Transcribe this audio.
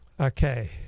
okay